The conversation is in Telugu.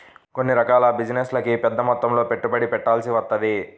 కొన్ని రకాల బిజినెస్లకి పెద్దమొత్తంలో పెట్టుబడుల్ని పెట్టాల్సి వత్తది